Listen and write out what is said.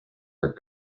are